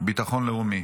ביטחון לאומי.